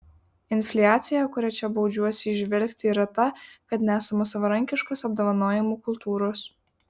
infliacija kurią čia baudžiuosi įžvelgti yra ta kad nesama savarankiškos apdovanojimų kultūros